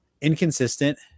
inconsistent